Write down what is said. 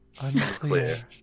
Unclear